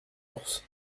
ours